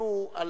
ייפלו על